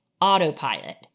autopilot